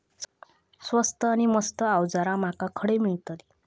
स्वस्त नी मस्त अवजारा माका खडे मिळतीत?